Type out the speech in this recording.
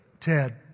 TED